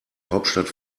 hauptstadt